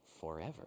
forever